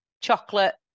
Chocolate